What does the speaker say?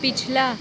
पिछला